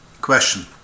Question